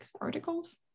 articles